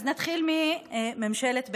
נתחיל בממשלת בנט-לפיד,